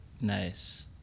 Nice